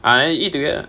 ah then you eat together